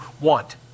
want